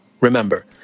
Remember